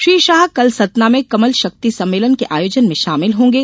श्री शाह कल सतना में कमल शक्ति सम्मेलन के आयोजन में शामिल होंगे